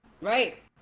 Right